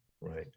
right